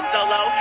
Solo